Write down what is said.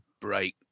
break